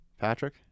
Patrick